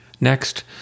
Next